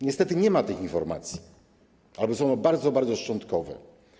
Niestety nie ma tych informacji albo są one bardzo szczątkowe.